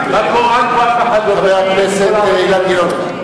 חבר הכנסת אילן גילאון.